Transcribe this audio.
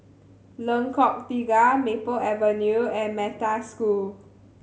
Lengkok Tiga Maple Avenue and Metta School